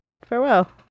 Farewell